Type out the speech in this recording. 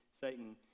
satan